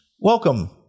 Welcome